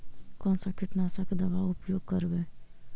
कोन सा कीटनाशक दवा उपयोग करबय?